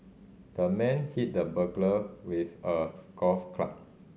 the man hit the burglar with a golf club